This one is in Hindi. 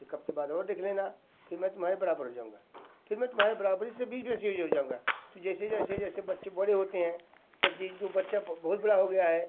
एक हफ़्ते बाद और देख लेना फिर मैं तुम्हारे बराबर हो जाऊँगा फिर मैं तुम्हारी बराबरी से भी बेसियई हो जाऊँगा तो जैसे जैसे जैसे बच्चे बड़े होते हैं या जो बच्चा बहुत बड़ा हो गया है